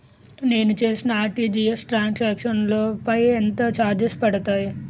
నేను చేసిన RTGS transaction లో పై ఎంత చార్జెస్ పడతాయి?